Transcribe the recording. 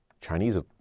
Chinese